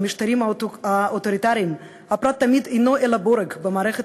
במשטרים האוטוריטריים הפרט תמיד אינו אלא בורג במערכת